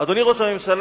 אדוני ראש הממשלה,